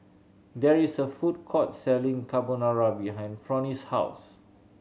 there is a food court selling Carbonara behind Fronnie's house